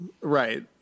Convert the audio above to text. Right